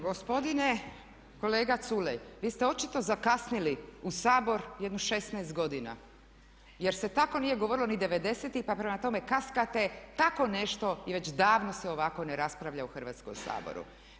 Gospodine kolega Culej, vi ste očito zakasnili u Sabor jedno 16 godina jer se tako nije govorilo ni '90.-tih pa prema tome kaskate tako nešto i već davno se ovako ne raspravlja u Hrvatskome saboru.